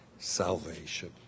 Salvation